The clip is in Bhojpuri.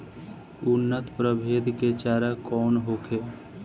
उन्नत प्रभेद के चारा कौन होखे?